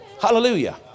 Hallelujah